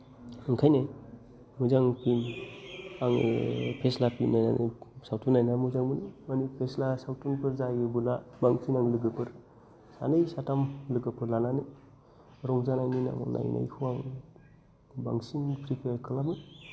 ओंखायनो मोजां फिल्म आङो फेस्ला फिल्म नायनानै सावथुन नायनानै मोजां मोनो माने फेस्ला सावथुनफोर जायोबोला बांसिन आं लोगोफोर सानै साथाम आं लोगोफोर लानानै रंजानानै नायनायखौ आं बांसिन प्रिफार खालामो